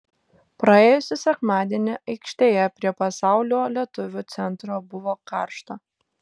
praėjusį sekmadienį aikštėje prie pasaulio lietuvių centro buvo karšta